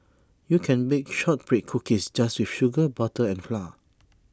you can bake Shortbread Cookies just with sugar butter and flour